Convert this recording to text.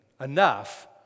enough